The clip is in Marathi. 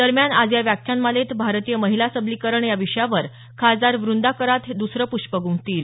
दरम्यान आज या व्याख्यानमालेत भारतीय महिला सबलीकरण या विषयावर खासदार वरदा करात या दुसर पुष्प गुफतील